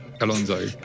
Alonso